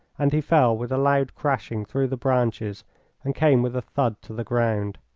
and he fell with a loud crashing through the branches and came with a thud to the ground.